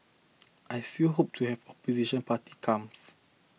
I still hope to have opposition party comes